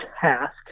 task